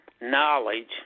knowledge